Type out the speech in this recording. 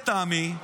לטעמי,